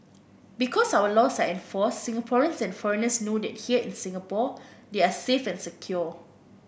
because our laws are enforced Singaporeans and foreigners know that here in Singapore they are safe and secure